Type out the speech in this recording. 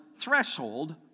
threshold